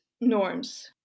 norms